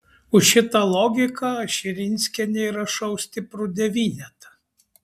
už šitą logiką aš širinskienei rašau stiprų devynetą